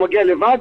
הוא מגיע לבד,